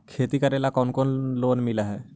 खेती करेला कौन कौन लोन मिल हइ?